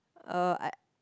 um I